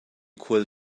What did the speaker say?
khual